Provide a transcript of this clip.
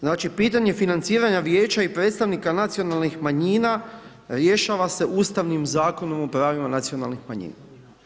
Znači, pitanje financiranja vijeća i predstavnika nacionalnih manjina rješava se Ustavnim zakonom o pravima nacionalnih manjina.